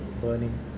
burning